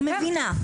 אני מבינה,